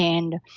and